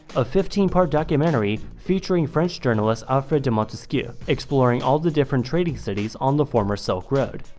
a fifteen part documentary featuring french journalist alfred de montesquiou exploring all the different trading cities on the former silk road.